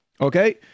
Okay